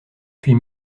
puis